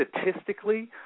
statistically